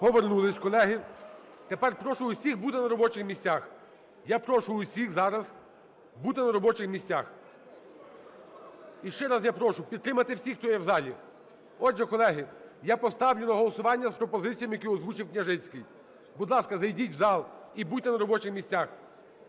Повернулись, колеги. Тепер, прошу всіх бути на робочих місцях. Я прошу всіх зараз бути на робочих місцях. І ще раз я прошу підтримати всіх, хто є в залі. Отже, колеги, я поставлю на голосування з пропозиціями, які озвучив Княжицький. Будь ласка, зайдіть в зал і будьте на робочих місцях.